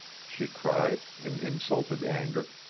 she cried, in insulted anger.